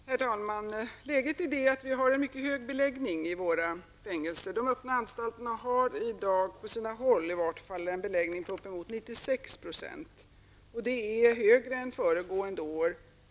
Herr talman! Läget är det att vi har en mycket hög beläggning i våra fängelser. De öppna anstalterna har i dag i vart fall på sina håll en beläggning på upp emot 96 %, och det är högre än föregående år.